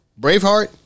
Braveheart